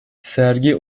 sergi